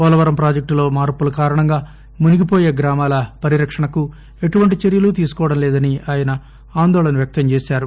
పోలవరం ప్రాజెక్టులో మార్పుల కారణంగా మునిగిపోయే గ్రామాల పరిరక్షణకు ఎటువంటి చర్యలు తీసుకోవడం లేదని ఆయన ఆందోళన వ్యక్తం చేసారు